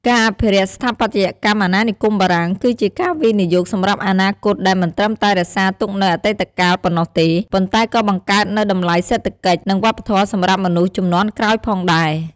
ការអភិរក្សស្ថាបត្យកម្មអាណានិគមបារាំង គឺជាការវិនិយោគសម្រាប់អនាគត ដែលមិនត្រឹមតែរក្សាទុកនូវអតីតកាលប៉ុណ្ណោះទេ ប៉ុន្តែក៏បង្កើតនូវតម្លៃសេដ្ឋកិច្ច និងវប្បធម៌សម្រាប់មនុស្សជំនាន់ក្រោយផងដែរ។